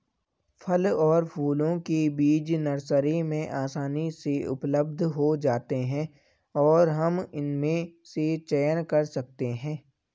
फल और फूलों के बीज नर्सरी में आसानी से उपलब्ध हो जाते हैं और हम इनमें से चयन कर सकते हैं